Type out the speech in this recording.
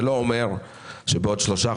זה לא אומר שבעוד שלושה,